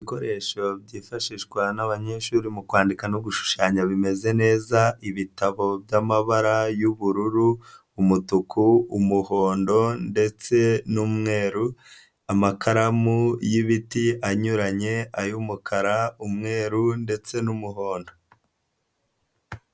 Ibikoresho byifashishwa n'abanyeshuri mu kwandika no gushushanya bimeze neza, ibitabo by'amabara y'ubururu, umutuku, umuhondo ndetse n'umweru, amakaramu y'ibiti anyuranye ay'umukara, umweru ndetse n'umuhondo.